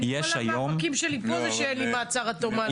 כל המאבקים שלי פה זה שאין לי מעצר עד תום ההליכים.